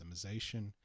optimization